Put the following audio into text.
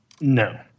No